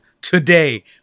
today